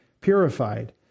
purified